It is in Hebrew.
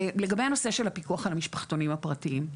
לגבי הנושא של הפיקוח על המשפחתונים הפרטיים.